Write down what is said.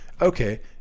Okay